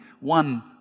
one